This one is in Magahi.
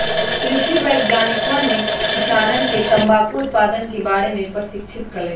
कृषि वैज्ञानिकवन ने किसानवन के तंबाकू उत्पादन के बारे में प्रशिक्षित कइल